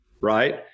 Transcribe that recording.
right